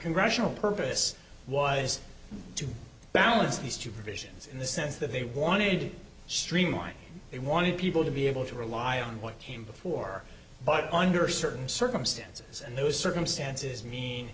rational purpose was to balance these two provisions in the sense that they wanted to streamline they wanted people to be able to rely on what came before but under certain circumstances and those circumstances mean